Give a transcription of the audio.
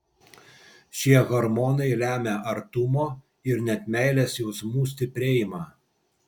šie hormonai lemia artumo ir net meilės jausmų stiprėjimą